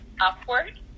upward